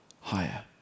higher